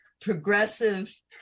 progressive